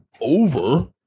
over